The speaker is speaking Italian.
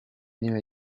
neve